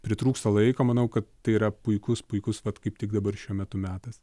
pritrūksta laiko manau kad tai yra puikus puikus vat kaip tik dabar šiuo metu metas